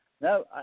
No